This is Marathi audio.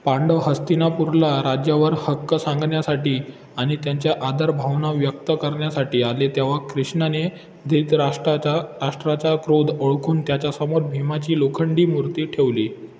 पांडव हस्तिनापूरला राज्यावर हक्क सांगण्यासाठी आणि त्यांच्या आदर भावना व्यक्त करण्यासाठी आले तेव्हा कृष्णाने धृतराष्टाच्या राष्ट्राचा क्रोध ओळखून त्याच्यासमोर भीमाची लोखंडी मूर्ती ठेवली